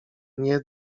nie